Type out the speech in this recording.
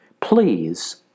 please